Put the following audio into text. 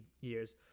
years